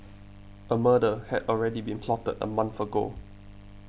a murder had already been plotted a month ago